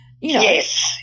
Yes